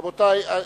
רבותי,